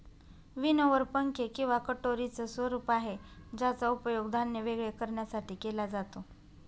winnower पंखे किंवा कटोरीच स्वरूप आहे ज्याचा उपयोग धान्य वेगळे करण्यासाठी केला जातो